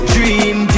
Dream